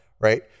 right